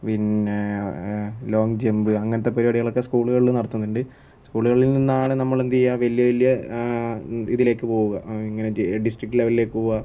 പിന്നെ ലോങ്ജംപ് അങ്ങനത്തെ പരിപാടികളൊക്കെ സ്കൂളുകളില് നടത്തുന്നുണ്ട് സ്കൂളുകളിൽ നിന്നാണ് നമ്മളെന്ത് ചെയ്യുക വലിയ വലിയ ഇതിലേക്ക് പോവുക ഇങ്ങനെ ഡിസ്ട്രിക്ട് ലെവലിലേക്ക് പോവുക